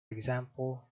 example